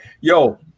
yo